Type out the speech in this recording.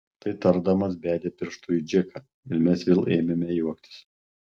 tai tardamas bedė pirštu į džeką ir mes vėl ėmėme juoktis